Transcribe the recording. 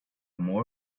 more